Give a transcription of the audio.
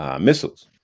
missiles